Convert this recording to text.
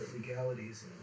legalities